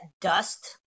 dust